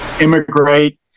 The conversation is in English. immigrate